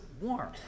warm